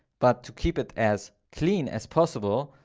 but to keep it as clean as possible,